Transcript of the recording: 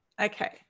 Okay